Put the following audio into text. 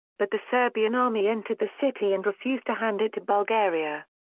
but the serbian army entered the city and refused to hand it to bulgaria.